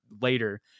later